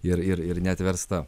ir ir ir neatversta